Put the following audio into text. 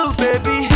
baby